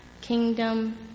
kingdom